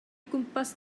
gwmpas